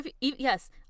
yes